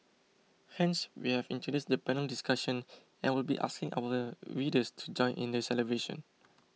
hence we have introduced the panel discussion and will be asking our readers to join in the celebration